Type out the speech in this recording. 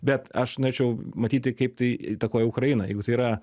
bet aš norėčiau matyti kaip tai įtakoja ukrainą jeigu tai yra